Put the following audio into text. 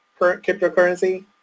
cryptocurrency